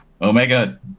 Omega